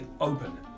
open